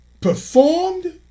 performed